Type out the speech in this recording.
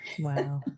Wow